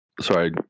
Sorry